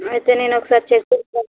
అయితే నేను ఒకసారి చెక్ చేస్తాను